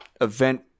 event